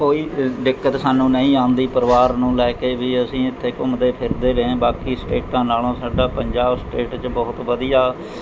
ਕੋਈ ਦਿੱਕਤ ਸਾਨੂੰ ਨਹੀਂ ਆਉਂਦੀ ਪਰਿਵਾਰ ਨੂੰ ਲੈ ਕੇ ਵੀ ਅਸੀਂ ਇੱਥੇ ਘੁੰਮਦੇ ਫਿਰਦੇ ਰਹੇ ਬਾਕੀ ਸਟੇਟਾਂ ਨਾਲੋਂ ਸਾਡਾ ਪੰਜਾਬ ਸਟੇਟ 'ਚ ਬਹੁਤ ਵਧੀਆ